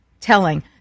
Telling